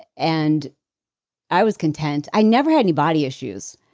and i was content. i never had anybody issues.